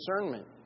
discernment